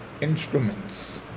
instruments